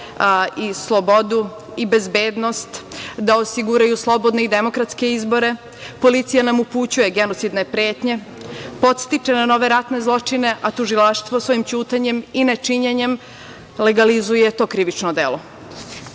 i slobodu i bezbednost, da osiguraju slobodne i demokratske izbore, policija nam upućuje genocidne pretnje, podstiče na nove ratne zločine, a tužilaštvo svojim ćutanjem i nečinjenjem legalizuje to krivično delo. Mi